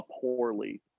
poorly